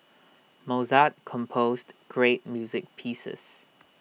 Mozart composed great music pieces